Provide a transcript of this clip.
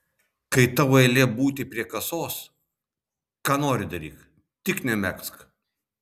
kai tavo eilė būti prie kasos ką nori daryk tik nemegzk